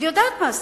אני יודעת מה עשית.